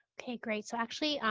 okay, great. so actually,